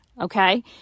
okay